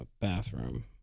bathroom